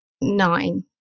nine